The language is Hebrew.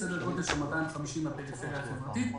סדר גודל של 250 בפריפריה החברתית.